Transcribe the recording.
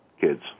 kids